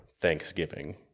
Thanksgiving